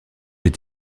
est